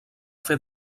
fer